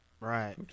Right